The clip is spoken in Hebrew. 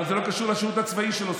אבל זה לא קשור לשירות הצבאי שלו.